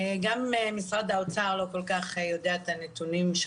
גם משרד האוצר לא כל כך יודע את הנתונים שהוא